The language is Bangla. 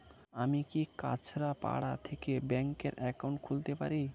আমি কি কাছরাপাড়া থেকে ব্যাংকের একাউন্ট খুলতে পারি?